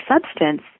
substance